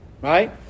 Right